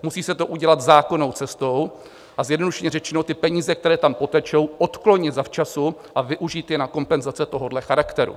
Musí se to udělat zákonnou cestou, a zjednodušeně řečeno, ty peníze, které tam potečou, odklonit zavčasu a využít je na kompenzace tohohle charakteru.